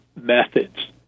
methods